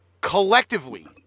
collectively